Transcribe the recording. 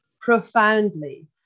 profoundly